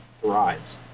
thrives